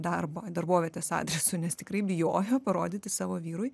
darbą darbovietės adresu nes tikrai bijojo parodyti savo vyrui